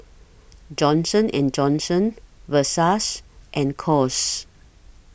Johnson and Johnson Versace and Kose